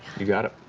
you got it.